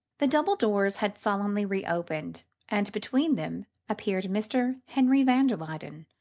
the double doors had solemnly reopened and between them appeared mr. henry van der luyden,